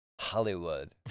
Hollywood